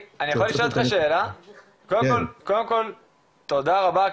קודם כל תודה רבה,